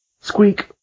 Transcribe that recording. Squeak